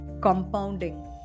compounding